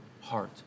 heart